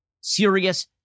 serious